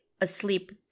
asleep